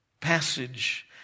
passage